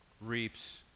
reaps